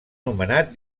nomenat